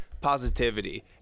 positivity